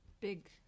Big